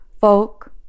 folk